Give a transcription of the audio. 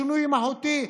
שינוי מהותי,